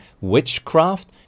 witchcraft